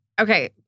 Okay